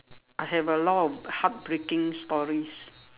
I have a lot of heartbreaking stories